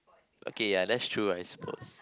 okay ya that's true lah I suppose